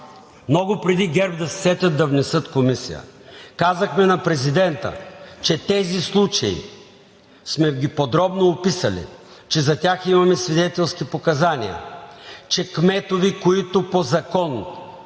много преди ГЕРБ да се сетят да внесат Комисия. Казахме на президента, че тези случаи сме ги описали подробно, че за тях имаме свидетелски показания, че кметове, които по закон